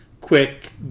quick